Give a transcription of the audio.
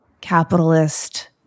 capitalist